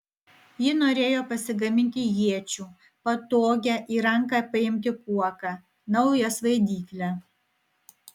ji norėjo pasigaminti iečių patogią į ranką paimti kuoką naują svaidyklę